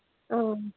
اۭں